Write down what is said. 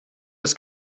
das